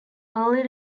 early